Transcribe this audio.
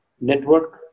Network